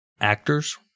actors